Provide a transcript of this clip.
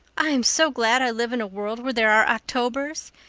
i'm so glad i live in a world where there are octobers.